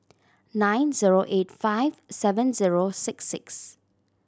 nine zero eight five seven zero six six